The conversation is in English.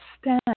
stand